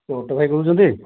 କିଏ ଅଟୋ ଭାଇ କହୁଛନ୍ତି